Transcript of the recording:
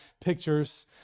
pictures